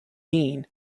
seen